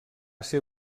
ser